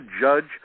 judge